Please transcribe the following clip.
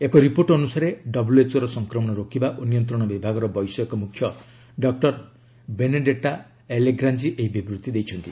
ଏକ ରିପୋର୍ଟ ଅନୁସାରେ ଡବ୍ଲ୍ୟଏଚ୍ଓ ର ସଂକ୍ରମଣ ରୋକିବା ଓ ନିୟନ୍ତ୍ରଣ ବିଭାଗର ବୈଷୟିକ ମୁଖ୍ୟ ଡକୁର ବେନେଡେଟ୍ଟା ଆଲେଗ୍ରାଞ୍ଜି ଏହି ବିବୃଭି ଦେଇଛନ୍ତି